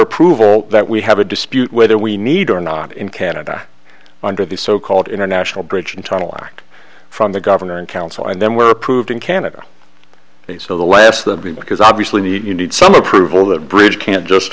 approval that we have a dispute whether we need or not in canada under the so called international bridge and tunnel act from the governor and council and then were approved in canada so the less that we because obviously you need some approval that bridge can't just